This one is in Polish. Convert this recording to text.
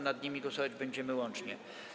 Nad nimi głosować będziemy łącznie.